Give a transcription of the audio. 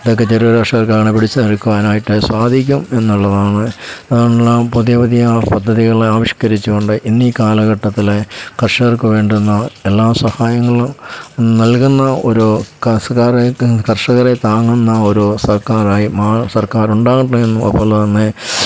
ചെറുകിട കർഷകർക്ക് പിടിച്ചു നിൽക്കുവാനായിട്ടു സാധിക്കും എന്നുള്ളതാണ് പുതിയ പുതിയ പദ്ധതികൾ ആവിഷ്കരിച്ചു കൊണ്ട് ഇന്നീ കാലഘട്ടത്തിൽ കർഷകർക്കു വേണ്ടുന്ന എല്ലാ സഹായങ്ങളും നൽകുന്ന ഒരു കർഷകരെ കർഷകരെ താങ്ങുന്ന ഒരു സർക്കാരായി മാ സർക്കാർ ഉണ്ടാകട്ടെ എന്നും അതുപോലെതന്നെ